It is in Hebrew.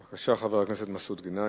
בבקשה, חבר הכנסת מסעוד גנאים,